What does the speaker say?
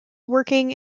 working